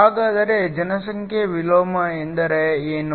ಹಾಗಾದರೆ ಜನಸಂಖ್ಯಾ ವಿಲೋಮ ಎಂದರೆ ಏನು